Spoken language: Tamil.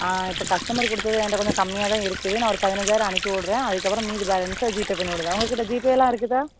ஆ இப்போ கஸ்டமர் கொடுத்தது என்கிட்ட கொஞ்சம் கம்மியாக தான் இருக்குது நான் ஒரு பதினைஞ்சாயிரம் அனுப்பிவிடுறேன் அதுக்கு அப்புறம் மீதி பேலன்ஸை ஜிபே பண்ணிவிடுறேன் உங்கள்க் கிட்டே ஜீபேயெலாம் இருக்குதா